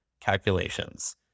calculations